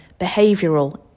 behavioural